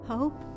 Hope